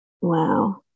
wow